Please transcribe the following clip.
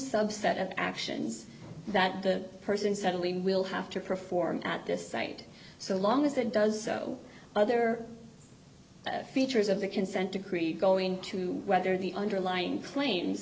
subset of actions that the person suddenly will have to perform at this site so long as it does either features of the consent decree go into whether the underlying cla